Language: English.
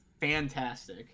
Fantastic